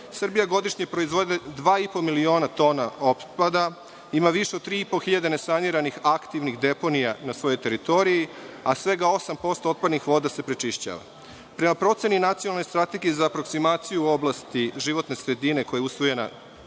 Srbija godišnje proizvede dva i po miliona tona otpada, ima više od tri i po hiljade nesaniranih aktivnih deponija na svojoj teritoriji, a svega 8% otpadnih voda se prečišćava. Prema proceni Nacionalne strategije za aproksimaciju u oblasti životne sredine, koja je usvojena